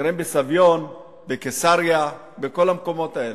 גרים בסביון, בקיסריה, בכל המקומות אלה.